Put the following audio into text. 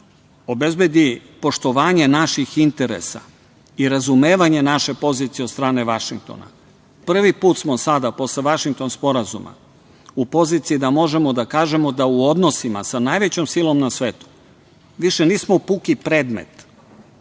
obezbedi poštovanje naših interesa i razumevanje naše pozicije od strane Vašingtona. Prvi put smo sada posle Vašingtonskog sporazuma u poziciji da možemo da kažemo da u odnosima sa najvećom silom na svetu, više nismo puki predmet